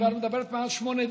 את מדברת יותר משמונה דקות,